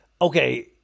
okay